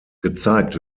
gezeigt